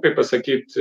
kaip pasakyt